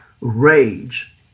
rage